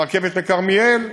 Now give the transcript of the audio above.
הרכבת לכרמיאל,